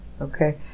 Okay